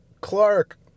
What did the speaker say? Clark